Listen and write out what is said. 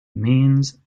means